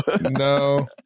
No